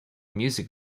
music